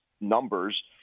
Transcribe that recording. numbers